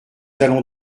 allons